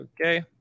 Okay